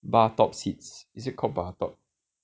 bar top seats is it called bar top